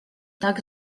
tak